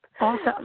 Awesome